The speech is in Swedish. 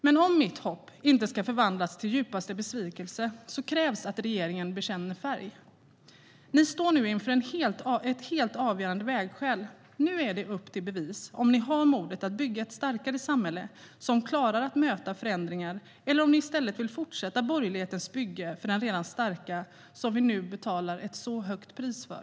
Men om mitt hopp inte ska förvandlas till djupaste besvikelse krävs att regeringen bekänner färg. Ni står nu inför ett helt avgörande vägskäl. Nu är det upp till bevis för om ni har modet att bygga ett starkare samhälle som klarar att möta förändringar eller om ni i stället vill fortsätta borgerlighetens bygge för den redan starka, som vi nu betalar ett högt pris för.